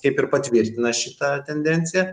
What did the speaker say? kaip ir patvirtina šitą tendenciją